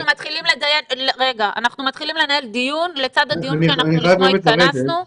מתחילים לנהל דיון לצד הדיון שלשמו התכנסנו.